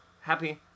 happy